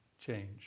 change